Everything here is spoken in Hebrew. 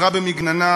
חברה במגננה.